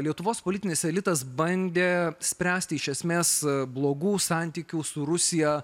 lietuvos politinis elitas bandė spręsti iš esmės blogų santykių su rusija